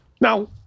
Now